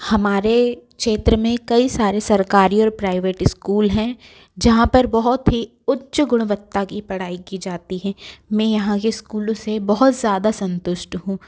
हमारे क्षेत्र में कई सारे सरकारी और प्राइवेट स्कूल हैं जहाँ पर बहुत ही उच्च गुणवत्ता की पढ़ाई की जाती है मैं यहाँ के स्कूलों से बहुत ज़्यादा संतुष्ट हूँ